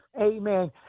amen